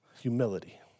Humility